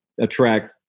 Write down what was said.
attract